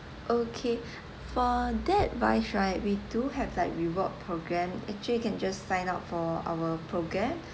okay for that wise right we do have like reward programme actually you can just sign up for our programme